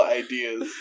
ideas